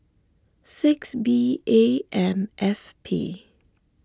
six B A M F P